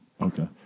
Okay